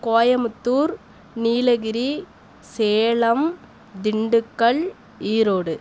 Coimbatore Nilgiri Salem Dindigul Erode